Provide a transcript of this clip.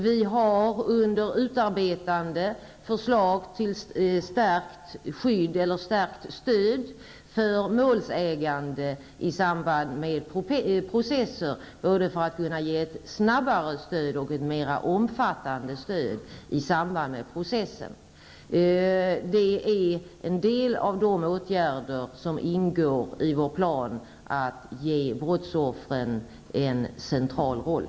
Förslag är under utarbetande om stärkt stöd för målsägande i samband med processer för att kunna ge ett både snabbare och ett mera omfattande stöd. Det är en del av de åtgärder som ingår i vår plan att ge brottsoffren en central roll.